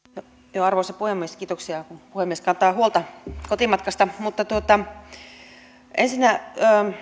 ministerille arvoisa puhemies kiitoksia kun puhemies kantaa huolta kotimatkasta ensinnä